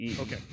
Okay